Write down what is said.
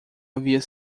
havia